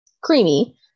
creamy